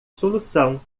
solução